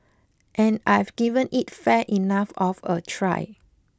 and I've given it fair enough of a try